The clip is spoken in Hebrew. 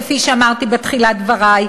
כפי שאמרתי בתחילת דברי,